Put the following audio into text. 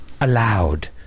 allowed